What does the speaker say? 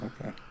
okay